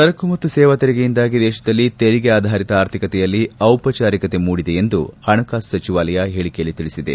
ಸರಕು ಮತ್ತು ಸೇವಾ ತೆರಿಗೆಯಿಂದಾಗಿ ದೇಶದಲ್ಲಿ ತೆರಿಗೆ ಆಧಾರಿತ ಆರ್ಥಿಕತೆಯಲ್ಲಿ ದಿಪಚಾರಿಕತೆ ಮೂಡಿದೆ ಎಂದು ಹಣಕಾಸು ಸಚಿವಾಲಯ ಹೇಳಿಕೆಯಲ್ಲಿ ತಿಳಿಸಿದೆ